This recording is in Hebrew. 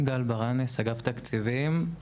גל ברנס, אגף תקציבים.